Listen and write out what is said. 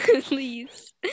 Please